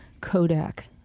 Kodak